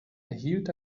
erhielt